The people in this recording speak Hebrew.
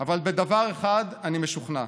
אבל בדבר אחד אני משוכנע: